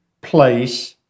place